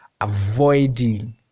avoiding